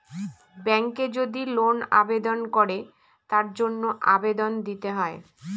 ব্যাঙ্কে যদি লোন আবেদন করে তার জন্য আবেদন দিতে হয়